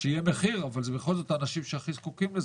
שיהיה מחיר אבל אלה בכל זאת האנשים שהכי זקוקים לזה.